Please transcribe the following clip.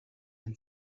and